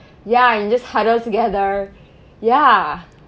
ya and just huddle together ya